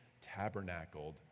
tabernacled